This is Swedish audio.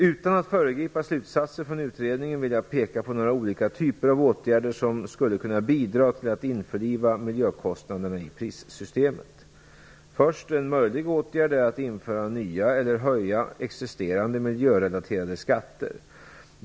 Utan att föregripa slutsatserna från utredningen vill jag peka på några olika typer av åtgärder som skulle kunna bidra till att införliva miljökostnaderna i prissystemet. En möjlig åtgärd är att införa nya eller höja existerande miljörelaterade skatter.